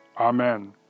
Amen